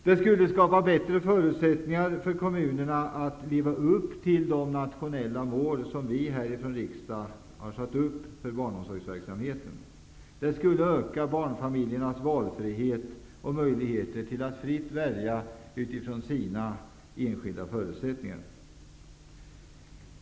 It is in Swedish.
Det skulle skapa bättre förutsättningar för kommunerna att leva upp till de nationella mål som vi i riksdagen har satt upp för barnomsorgsverksamheten. Det skulle öka barnfamiljernas valfrihet och möjligheter att fritt välja utifrån sina enskilda förutsättningar.